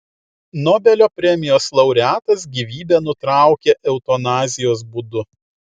nobelio premijos laureatas gyvybę nutraukė eutanazijos būdu